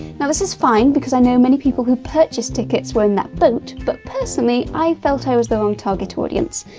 now this is fine because know many people who purchased tickets were in that boat, but personally i felt i was the wrong target audience.